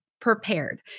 prepared